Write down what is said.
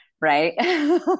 right